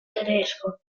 tedesco